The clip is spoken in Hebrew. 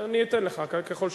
אני אתן לך ככל שתחפוץ.